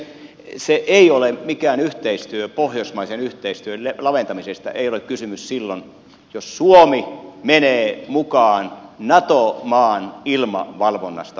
se ei ole mikään yhteistyö pohjoismaisen yhteistyön laventamisesta ei ole kysymys silloin jos suomi menee mukaan nato maan ilmavalvonnasta vastaamaan